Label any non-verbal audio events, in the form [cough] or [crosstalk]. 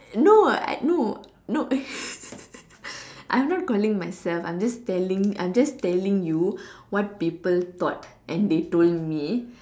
no I no no [laughs] I'm not calling myself I'm just telling I'm just telling you what people thought and they told me